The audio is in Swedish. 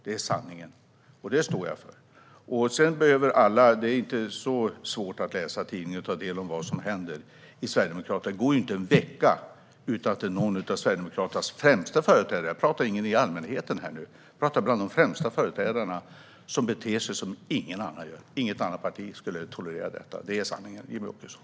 Det är sanningen, och det står jag för. Det är inte så svårt att läsa tidningen och ta del av vad som händer i Sverigedemokraterna. Det går ju inte en vecka utan att någon av Sverigedemokraternas främsta företrädare - jag talar inte om allmänheten här nu, utan jag talar om de främsta företrädarna - beter sig som ingen annan gör. Inget annat parti skulle tolerera detta. Det är sanningen, Jimmie Åkesson.